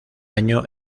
año